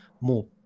more